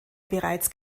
bereits